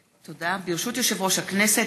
ברשות יושב-ראש הכנסת,